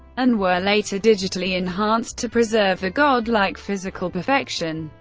and were later digitally enhanced to preserve the godlike physical perfection.